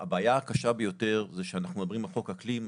הבעיה הקשה ביותר כשאנחנו מדברים על חוק אקלים,